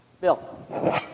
Bill